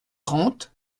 trente